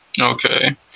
Okay